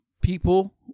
people